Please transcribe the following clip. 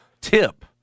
Tip